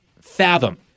fathom